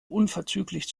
unverzüglich